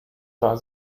war